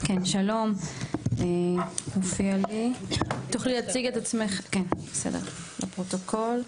תוכלי להציג את עצמך לפרוטוקול?